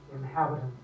inhabitants